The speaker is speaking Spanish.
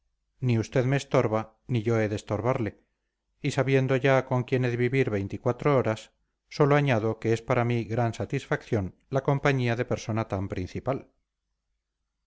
ni usted me estorba ni yo he de estorbarle y sabiendo ya con quién he de vivir veinticuatro horas sólo añado que es para mí gran satisfacción la compañía de persona tan principal